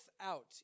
out